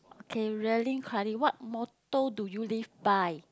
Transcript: okay really what motto do you live by